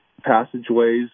passageways